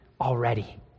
already